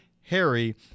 Harry